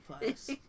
plus